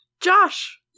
Josh